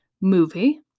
movie